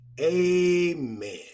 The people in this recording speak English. Amen